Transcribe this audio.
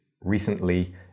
recently